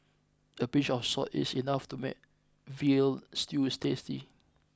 a pinch of salt is enough to make veal stews tasty